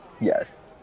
Yes